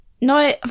No